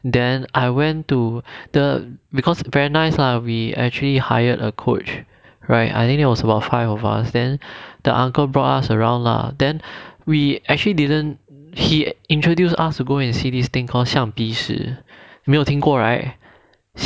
then I went to the because very nice lah we actually hired a coach right I think that was about five of us then the uncle brought us around lah then we actually didn't he introduced us to go and see this thing called xiang bi shi 没有听过 right xiang bi shi